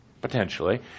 potentially